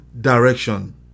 direction